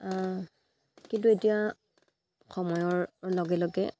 কিন্তু এতিয়া সময়ৰ লগে লগে